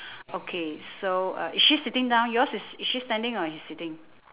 okay so uh is she sitting down yours is is she standing or she's sitting